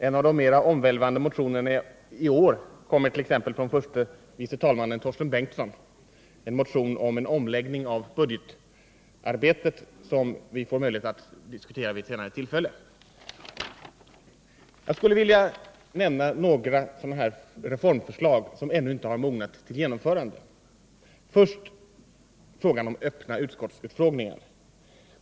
En av de mera omvälvande motionerna i år kommer t.ex. från förste vice talmannen Torsten Bengtson, en motion om en omläggning av budgetarbetet som vi får möjlighet att diskutera vid ett senare tillfälle. Jag skulle vilja nämna några sådana här reformförslag som ännu inte har mognat till genomförande. Först frågan om öppna utskottsutfrågningar.